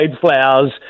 flowers